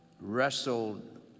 wrestled